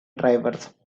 drivers